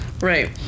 right